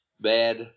bad